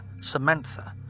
Samantha